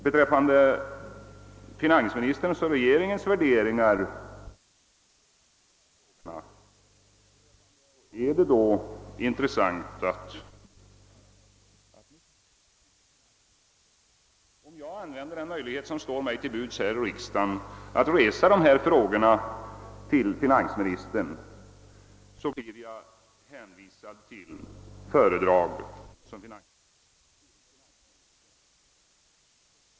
Beträffande finansministerns och regeringens värderingar i dessa frågor är det intressant att notera att om jag använder den möjlighet som står mig till buds att här i riksdagen föra fram de här frågorna till finansministern, så blir jag hänvisad till ett föredrag som finansministern har hållit i Östersund.